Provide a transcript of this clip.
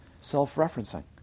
self-referencing